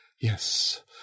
yes